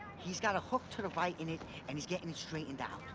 he's got a hook to the right in it and he's gettin' it straightened out.